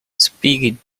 speaking